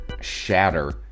shatter